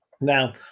Now